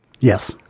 Yes